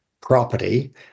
property